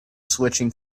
switching